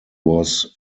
was